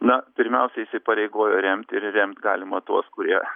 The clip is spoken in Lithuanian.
na pirmiausia įsipareigojo remti ir remt galima tuos kurie